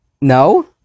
No